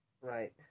Right